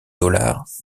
dollars